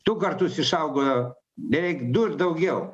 du kartus išaugo beveik du ir daugiau